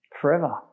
forever